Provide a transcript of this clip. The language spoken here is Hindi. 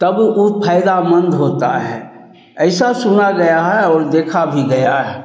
तब ऊ फ़ायदामंद होता है ऐसा सुना गया है और देखा भी गया है